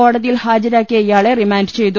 കോടതിയിൽ ഹാജരാക്കിയ ഇയാളെ റിമാന്റ് ചെയ്തു